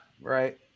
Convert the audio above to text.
Right